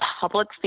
public